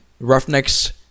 Roughnecks